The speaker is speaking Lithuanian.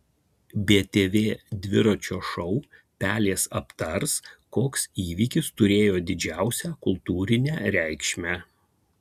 btv dviračio šou pelės aptars koks įvykis turėjo didžiausią kultūrinę reikšmę